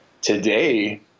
today